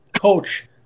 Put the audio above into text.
Coach